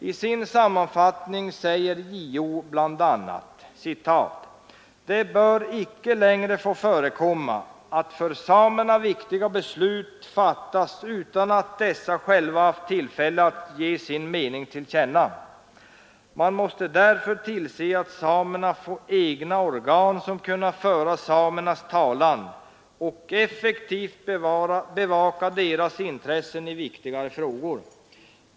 I sin sammanfattning säger JO bl.a.: ”Det bör icke längre få förekomma att för samerna viktiga beslut fattas utan att dessa själva haft tillfälle att ge sin mening till känna. Man måste därför tillse att samerna får egna organ, som kunna föra samernas talan och effektivt bevaka deras intressen i viktigare frågor.